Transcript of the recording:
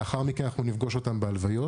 ולאחר מכן נפגוש אותם בהלוויות,